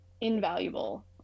invaluable